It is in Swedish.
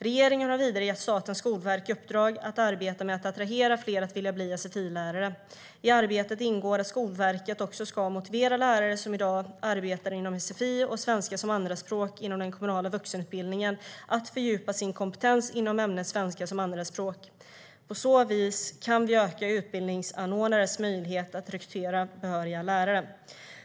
Regeringen har vidare gett Statens skolverk i uppdrag att arbeta med att attrahera fler att vilja bli sfi-lärare. I arbetet ingår att Skolverket också ska motivera lärare som i dag arbetar inom sfi och svenska som andraspråk inom den kommunala vuxenutbildningen att fördjupa sin kompetens inom ämnet svenska som andraspråk. På så vis kan vi öka utbildningsanordnares möjlighet att rekrytera behöriga lärare.